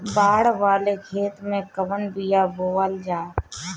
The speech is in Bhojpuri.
बाड़ वाले खेते मे कवन बिया बोआल जा?